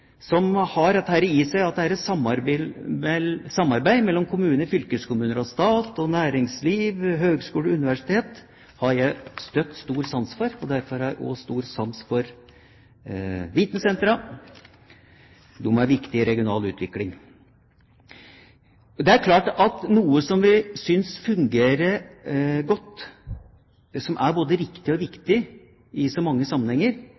som har dette i seg at de er et samarbeid mellom kommuner, fylkeskommuner og stat og næringsliv, høgskole og universiteter har jeg alltid stor sans for. Derfor har jeg også stor sans for vitensentra. De er viktige for regional utvikling. Det er klart at noe som vi synes fungerer godt, som er både riktig og viktig i så mange sammenhenger,